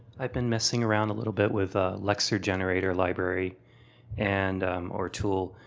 i've been messing around a little bit with ah lexer generator library and or tool,